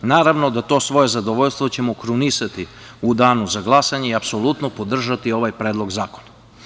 Naravno, to svoje zadovoljstvo ćemo krunisati u danu za glasanje i apsolutno podržati ovaj predlog zakona.